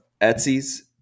Etsy's